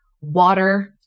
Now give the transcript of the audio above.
Water